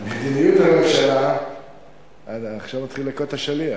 מדיניות הממשלה, עכשיו נתחיל להכות את השליח.